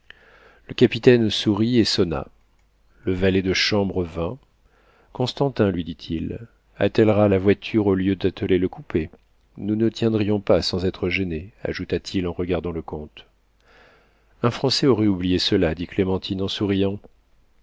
le capitaine sourit et sonna le valet de chambre vint constantin lui dit-il attellera la voiture au lieu d'atteler le coupé nous ne tiendrions pas sans être gênés ajouta-t-il en regardant le comte un français aurait oublié cela dit clémentine en souriant